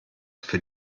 für